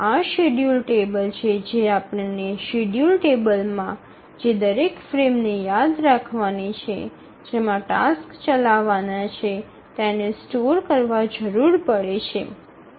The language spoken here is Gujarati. આ શેડ્યૂલ ટેબલ છે જે આપણને શેડ્યૂલ ટેબલમાં દરેક ફ્રેમ ને યાદ રાખવાની છે જેમાં ટાસ્ક ચાલવાના છે તેને સ્ટોર કરવા જરૂર પડે છે